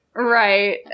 Right